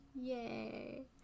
Yay